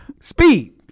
speed